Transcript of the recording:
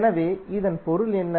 எனவே இதன் பொருள் என்ன